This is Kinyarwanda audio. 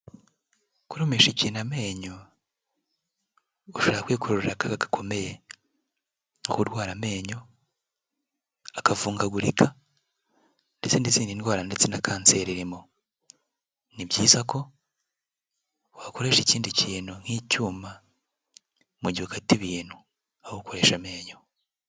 Kurumisha ikintu amenyo ushobora kwikururira akaga gakomeye no kurwara amenyo akavungagurika, ndetse n'izindi ndwara ndetse na kanseri irimo, ni byiza ko wakoresha ikindi kintu nk'icyuma mu gihe ukata ibintu, aho gukoresha amenyo.